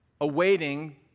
awaiting